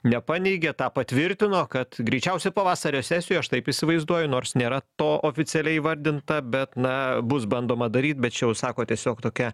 nepaneigė tą patvirtino kad greičiausia pavasario sesijoj aš taip įsivaizduoju nors nėra to oficialiai įvardinta bet na bus bandoma daryt bet čia jau sako tiesiog tokia